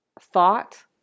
thought